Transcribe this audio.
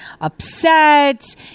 upset